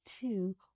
two